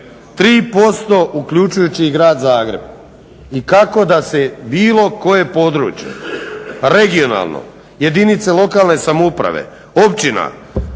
3% uključujući i Grad Zagreb i kako da se bilo koje područje, regionalno, jedinice lokalne samouprave, općina